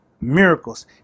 miracles